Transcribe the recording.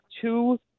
two